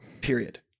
period